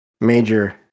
major